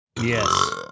Yes